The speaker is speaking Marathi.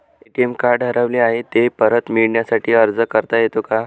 ए.टी.एम कार्ड हरवले आहे, ते परत मिळण्यासाठी अर्ज करता येतो का?